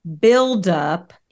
buildup